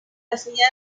hacienda